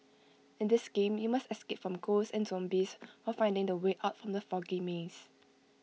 in this game you must escape from ghosts and zombies while finding the way out from the foggy maze